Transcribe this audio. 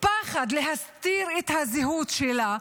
פחד להסתיר את הזהות שלה,